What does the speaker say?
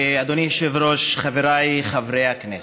אדוני היושב-ראש, חבריי חברי הכנסת,